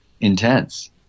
intense